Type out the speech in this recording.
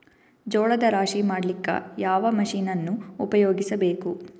ಜೋಳದ ರಾಶಿ ಮಾಡ್ಲಿಕ್ಕ ಯಾವ ಮಷೀನನ್ನು ಉಪಯೋಗಿಸಬೇಕು?